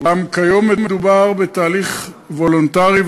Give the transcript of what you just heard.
אולם כיום מדובר בתהליך וולונטרי,